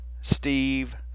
Steve